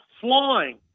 flying